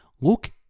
Look